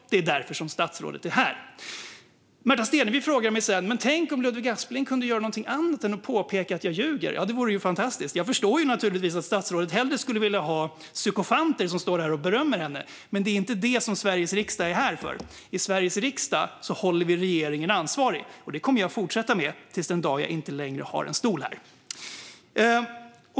Det är därför statsrådet är här. Märta Stenevi sa att tänk om Ludvig Aspling kunde göra något annat än att påpeka att hon ljuger. Ja, det vore ju fantastiskt. Jag förstår att statsrådet hellre skulle vilja ha sykofanter som står här och berömmer henne, men det är inte därför Sveriges riksdag finns här. I Sveriges riksdag håller vi regeringen ansvarig, och det kommer jag att fortsätta med till den dag då jag inte längre har någon stol här.